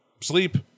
sleep